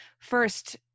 first